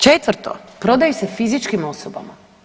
Četvrto, prodaju se fizičkim osobama.